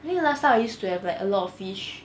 I think last time I used to have like a lot of fish